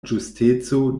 ĝusteco